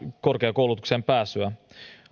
korkeakoulutukseen pääsyä